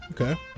Okay